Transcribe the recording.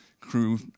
crew